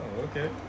okay